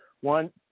One